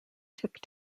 tic